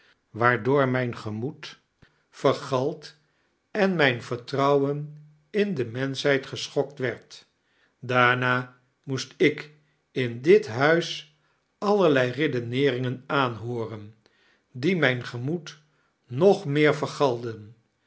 waardoor mijn gemoed vergald en mijn vartrouwen ia-de-memschheid geschokt werd daarna moest ik in dit huis allerlei nedeneeringen aanhooren die mijn gemoed nog meer vergalden